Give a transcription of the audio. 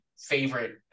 favorite